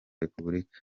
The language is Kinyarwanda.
repubulika